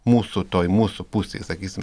mūsų toj mūsų pusėj sakysim